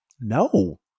No